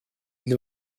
для